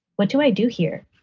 what do i do here?